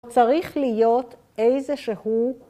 צריך להיות איזה שהוא